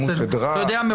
יאמרו --- אתה יודע,